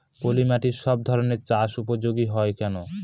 পলিমাটি সব ধরনের চাষের উপযোগী হয় কেন?